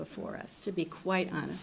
before us to be quite honest